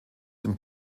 dem